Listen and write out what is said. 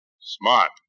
Smart